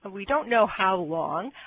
we don't know how long,